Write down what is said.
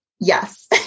Yes